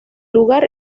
lugar